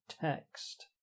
text